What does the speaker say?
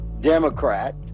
Democrat